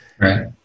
Right